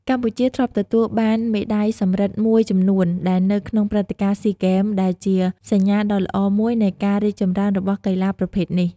កម្ពុជាធ្លាប់ទទួលបានមេដាយសំរឹទ្ធមួយចំនួនដែរនៅក្នុងព្រឹត្តិការណ៍ស៊ីហ្គេម ដែលជាសញ្ញាដ៏ល្អមួយនៃការរីកចម្រើនរបស់កីឡាប្រភេទនេះ។